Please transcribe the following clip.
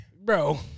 Bro